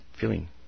feeling